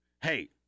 Hey